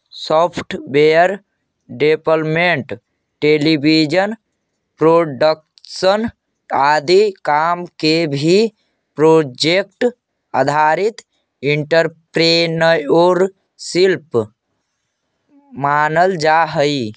software development television production इत्यादि काम के भी प्रोजेक्ट आधारित एंटरप्रेन्योरशिप मानल जा हई